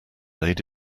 laid